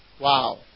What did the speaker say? Wow